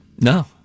No